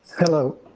hello,